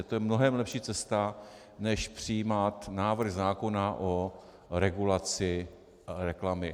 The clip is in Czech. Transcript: To je mnohem lepší cesta než přijímat návrh zákona o regulaci reklamy.